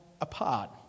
apart